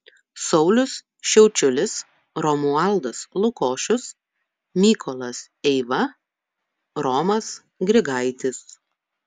saulius šiaučiulis romualdas lukošius mykolas eiva romas grigaitis